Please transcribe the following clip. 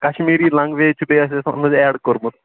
Kashmiri language چھِ بیٚیہِ اَسہِ اَتھ منٛز ایڈ کوٚرمُت